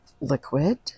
liquid